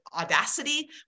audacity